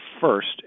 first